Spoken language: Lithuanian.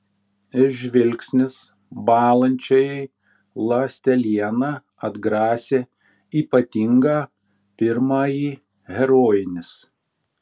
žvilgsnis bąlančiajai ląsteliena atgrasė ypatingą pirmąjį herojinis